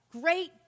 great